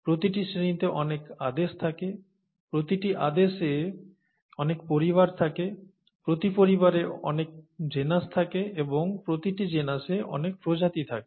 প্রতিটি শ্রেণীর অনেক আদেশ থাকে প্রতিটি আদেশে অনেক পরিবার থাকে প্রতিটি পরিবারে অনেক জেনাস থাকে এবং প্রতিটি জেনাসে অনেক প্রজাতি থাকে